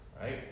right